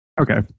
Okay